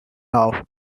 now